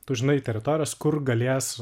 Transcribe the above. tu žinai teritorijas kur galės